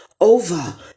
over